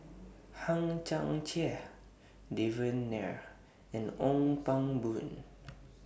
Hang Chang Chieh Devan Nair and Ong Pang Boon